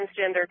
transgender